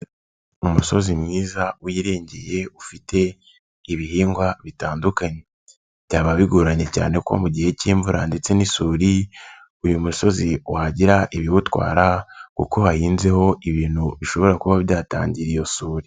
Umusozi mwiza wiringiye ufite ibihingwa bitandukanye, byaba bigoranye cyane ko mu gihe k'imvura ndetse n'isuri, uyu musozi wagira ibiwutwara kuko hahinzeho ibintu bishobora kuba byatangira iyo suri.